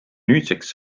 nüüdseks